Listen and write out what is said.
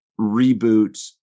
reboot